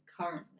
currently